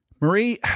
Marie